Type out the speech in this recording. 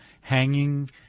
hanging